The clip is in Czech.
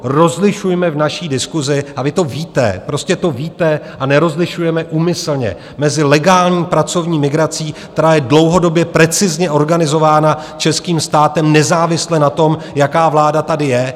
Rozlišujme v naší diskusi a vy to víte, prostě to víte a nerozlišujete úmyslně mezi legální pracovní migrací, která je dlouhodobě precizně organizována českým státem nezávisle na tom, jaká vláda tady je.